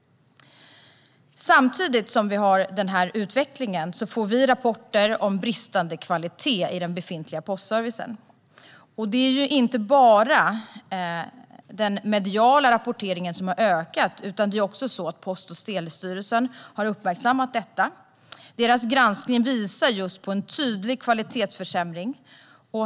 Samtidigt som vi har denna utveckling får vi rapporter om bristande kvalitet i den befintliga postservicen. Det är inte bara den mediala rapporteringen som har ökat, utan också Post och telestyrelsen har uppmärksammat detta. Deras granskning visar på en tydlig kvalitetsförsämring.